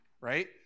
right